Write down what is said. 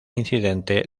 incidente